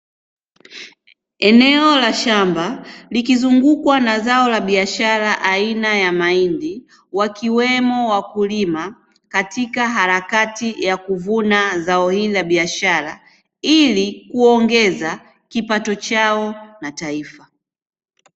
Eneo la shamba likizungukwa na zao la biashara aina ya mahindi, wakiwemo wakulima katika harakati za kuvuna zao hili la biashara ili kuongeza kipato chao na taifa.